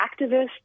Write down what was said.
activists